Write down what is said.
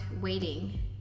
waiting